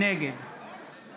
נגד